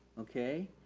okay,